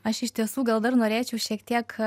aš iš tiesų gal dar norėčiau šiek tiek